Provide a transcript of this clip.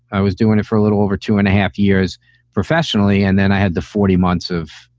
i was doing it for a little over two and a half years professionally. and then i had the forty months of,